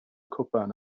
cwpan